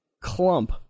clump